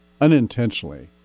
unintentionally